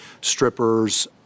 strippers